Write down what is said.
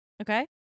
Okay